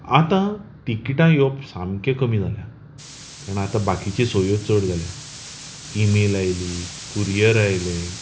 आतां तिकीटां येवप सामके कमी जालां कारण आता बाकीच्यो सोयी चड जाल्यात ईमेल आयली कुरियर आयले